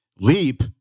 Leap